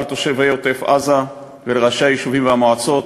לתושבי עוטף-עזה ולראשי היישובים והמועצות,